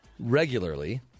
regularly